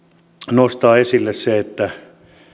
nostaa esille se että